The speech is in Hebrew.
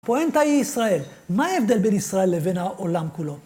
הפואנטה היא ישראל. מה ההבדל בין ישראל לבין העולם כולו?